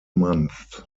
months